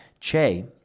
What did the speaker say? Che